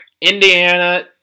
Indiana